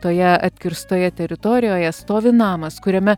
toje atkirstoje teritorijoje stovi namas kuriame